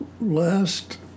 last